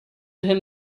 him